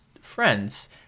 friends